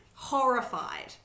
Horrified